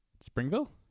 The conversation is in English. Springville